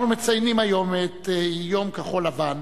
אנחנו מציינים היום את יום כחול-לבן